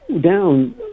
down